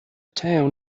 town